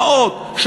פעוט,